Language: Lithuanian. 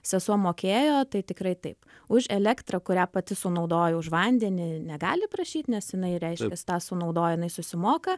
sesuo mokėjo tai tikrai taip už elektrą kurią pati sunaudojo už vandenį negali prašyt nes jinai reiškias tą sunaudojo jinai susimoka